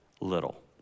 little